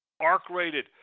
Arc-rated